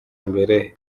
imbere